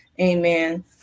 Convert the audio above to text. amen